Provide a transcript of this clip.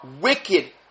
wicked